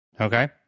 Okay